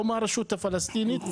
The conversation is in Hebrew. או מהרשות הפלסטינית?